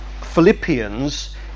Philippians